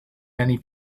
many